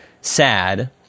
sad